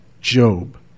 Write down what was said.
Job